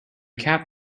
cap